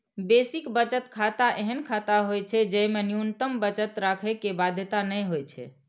basic बचत खाता एहन खाता होइ छै, जेमे न्यूनतम बचत राखै के बाध्यता नै होइ छै